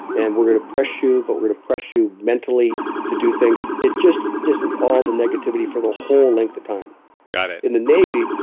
and we're going to press you, but we're to press you mentally to do things. it just isn't all the negativity for the whole length of time got it in the navy,